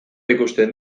ikusten